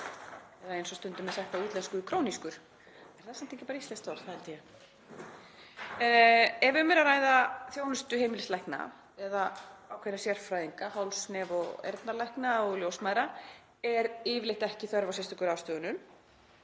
Ef um er að ræða þjónustu heimilislækna eða ákveðinna sérfræðinga, t.d. háls-, nef- og eyrnalækna, og ljósmæðra er yfirleitt ekki þörf á sérstökum ráðstöfunum